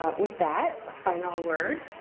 with that final word,